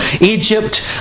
Egypt